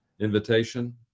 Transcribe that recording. invitation